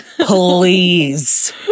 Please